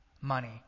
money